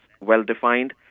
well-defined